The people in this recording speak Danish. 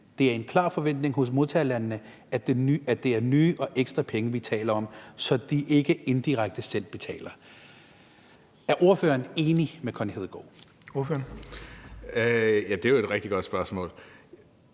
»Det er en klar forventning hos modtagerlandene, at det er nye og ekstra penge, vi taler om, så de ikke indirekte selv betaler.« Er ordføreren enig med Connie Hedegaard? Kl. 18:01 Den fg. formand